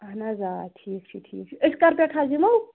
اَہَن حظ آ ٹھیٖک چھُ ٹھیٖک چھُ أسۍ کَر پٮ۪ٹھ حظ یِمو